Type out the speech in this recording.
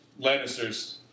Lannisters